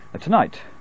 tonight